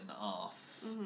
off